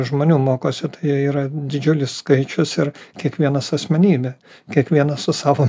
žmonių mokosi tai yra didžiulis skaičius ir kiekvienas asmenybė kiekvienas su savom